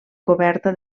coberta